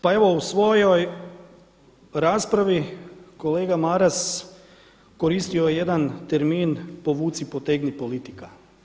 Pa evo u svojoj raspravi kolega Maras koristio je jedan termin povuci-potegni politika.